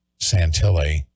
Santilli